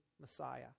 Messiah